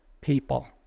people